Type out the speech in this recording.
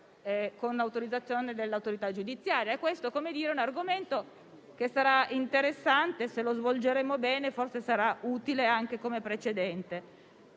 con autorizzazione dell'autorità giudiziaria. Questo è un argomento che sarà interessante affrontare e, se lo svolgeremo bene, forse sarà utile anche come precedente.